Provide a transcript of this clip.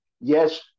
Yes